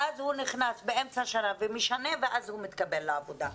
ואז הוא נכנס באמצע שנה ומשנה ואז הוא מתקבל לעבודה.